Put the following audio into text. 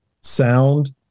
sound